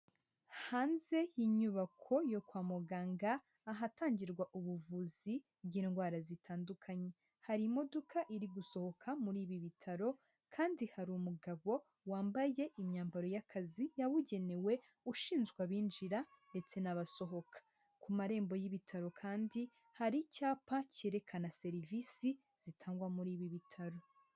Hanze y'inyubako yo kwa muganga, ahatangirwa ubuvuzi bw'indwara zitandukanye, hari imodoka iri gusohoka muri ibi bitaro, kandi hari umugabo wambaye imyambaro y'akazi yabugenewe, ushinzwe abinjira ndetse n'abasohoka, ku marembo y'ibitaro kandi hari icyapa cyerekana serivisi zitangwa muri ibi bitaro.